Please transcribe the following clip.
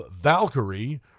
Valkyrie